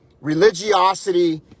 religiosity